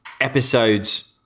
episodes